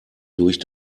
durch